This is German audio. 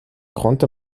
konnte